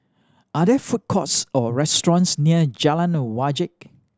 are there food courts or restaurants near Jalan Wajek